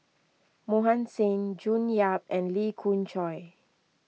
Mohan Singh June Yap and Lee Khoon Choy